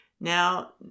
Now